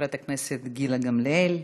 חברת הכנסת גילה גמליאל,